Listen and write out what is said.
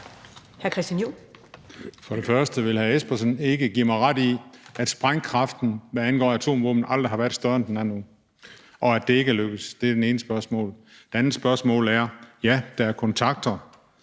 Vil hr. Søren Espersen ikke give mig ret i, at sprængkraften, hvad angår atomvåben, aldrig har været større, end den er nu, og at processen ikke er lykkedes? Det er det ene spørgsmål. Ja, der er kontakter,